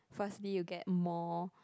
firstly you get more